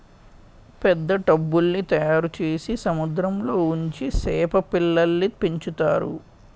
పెద్ద టబ్బుల్ల్ని తయారుచేసి సముద్రంలో ఉంచి సేప పిల్లల్ని పెంచుతారు